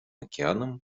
океаном